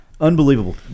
Unbelievable